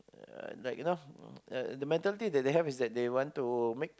uh like you know uh the mentality that they want to make